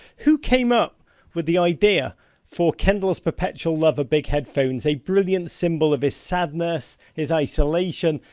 who came up with the idea for kendall's perpetual love of big headphones, a brilliant symbol of his sadness, his isolation,